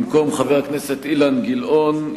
במקום חבר הכנסת אילן גילאון,